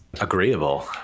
agreeable